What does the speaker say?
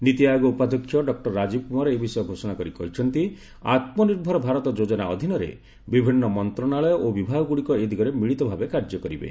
ନୀତି ଆୟୋଗ ଉପାଧ୍ୟକ୍ଷ ଡକୁର ରାଜୀବ କୁମାର ଏ ବିଷୟ ଘୋଷଣା କରି କହିଛନ୍ତି ଆତ୍ମନିର୍ଭର ଭାରତ ଯୋଜନା ଅଧୀନରେ ବିଭିନ୍ନ ମନ୍ତ୍ରଶାଳୟ ଓ ବିଭାଗଗୁଡ଼ିକ ଏ ଦିଗରେ ମିଳିତ ଭାବେ କାର୍ଯ୍ୟ କରିବେ